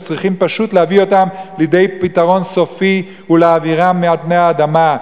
צריכים פשוט להביא אותם לידי פתרון סופי ולהעבירם מעל פני האדמה.